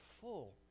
full